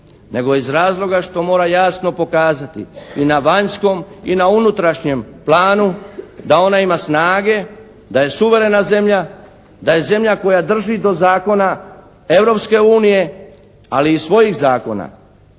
nego iz razloga što mora jasno pokazati i na vanjskom i na unutrašnjem planu da ona ima snage, da je suverena zemlja, da je zemlja koja drži do zakona Europske unije ali i svojih zakona.